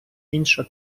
інша